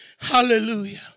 Hallelujah